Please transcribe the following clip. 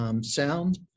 sound